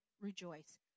rejoice